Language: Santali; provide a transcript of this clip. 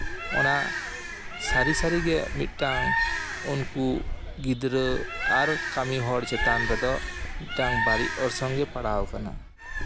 ᱚᱱᱟ ᱥᱟᱹᱨᱤ ᱥᱟᱹᱨᱤᱜᱮ ᱢᱤᱫᱴᱟᱝ ᱩᱱᱠᱩ ᱜᱤᱫᱽᱨᱟᱹ ᱟᱨ ᱠᱟᱹᱢᱤ ᱦᱚᱲ ᱪᱮᱛᱟᱱ ᱨᱮᱫᱚ ᱢᱤᱫᱴᱟᱝ ᱵᱟᱹᱲᱤᱡ ᱚᱨᱥᱚᱝ ᱜᱮ ᱯᱟᱲᱟᱣ ᱠᱟᱱᱟ